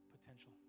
potential